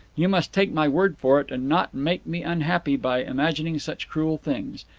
you must take my word for it, and not made me unhappy by imagining such cruel things.